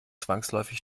zwangsläufig